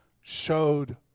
showed